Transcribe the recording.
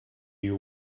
you